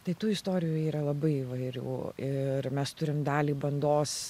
tai tų istorijų yra labai įvairių ir mes turim dalį bandos